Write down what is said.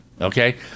okay